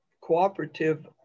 cooperative